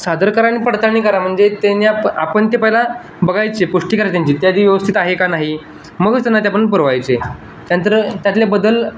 सादर करा आणि पडताळणी करा म्हणजे त्यांनी आप आपण ते पहिला बघायचे पुष्टी करा त्यांची त्या आधी व्यवस्थित आहे का नाही मगच त्यांना ते आपण पुरवायचे त्यानंतर त्यातला बदल